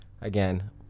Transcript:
Again